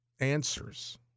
answers